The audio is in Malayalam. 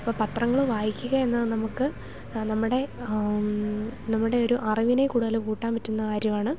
അപ്പം പത്രങ്ങൾ വായിക്കുക എന്ന നമുക്ക് നമ്മുടെ നമ്മുടെ ഒരു അറിവിനെ കൂടുതൽ കൂട്ടാൻ പറ്റുന്ന കാര്യമാണ്